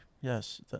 yes